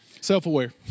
Self-aware